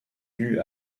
due